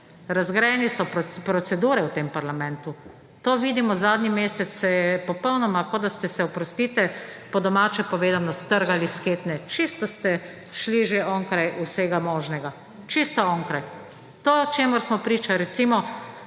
razgrajene so procedure v tem parlamentu. To vidimo zadnji mesec, kot da ste se popolnoma, oprostite, po domače povedano, strgali s ketne. Čisto ste šli že onkraj vsega možnega, čisto onkraj. To, čemur smo priča, recimo,